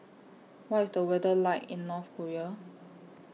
What IS The weather like in North Korea